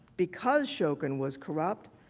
because shokin was corrupt,